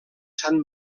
sant